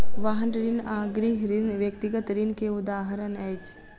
वाहन ऋण आ गृह ऋण व्यक्तिगत ऋण के उदाहरण अछि